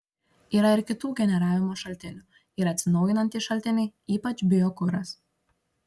yra ir kitų generavimo šaltinių yra atsinaujinantys šaltiniai ypač biokuras